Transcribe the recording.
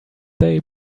they